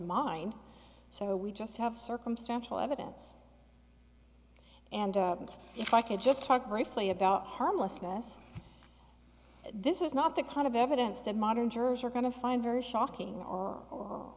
mind so we just have circumstantial evidence and if i could just talk briefly about harmlessness this is not the kind of evidence that modern jurors are going to find very shocking or hor